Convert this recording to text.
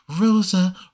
Rosa